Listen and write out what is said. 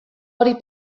hori